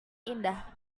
indah